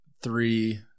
three